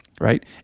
right